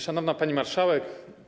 Szanowna Pani Marszałek!